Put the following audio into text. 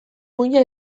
muina